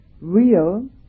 real